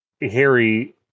Harry